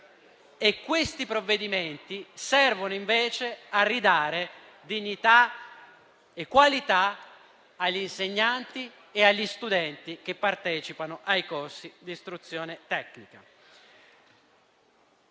Questi provvedimenti servono invece a restituire dignità e qualità agli insegnanti e agli studenti che partecipano ai corsi di istruzione tecnica.